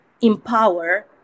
empower